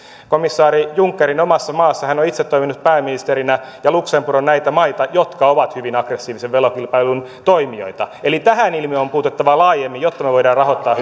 komissaari junckerin omassa maassa hän on itse toiminut pääministerinä ja luxemburg on näitä maita jotka ovat hyvin aggressiivisen verokilpailun toimijoita eli tähän ilmiöön on puututtava laajemmin jotta me voimme rahoittaa